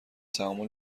تعامل